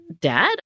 dad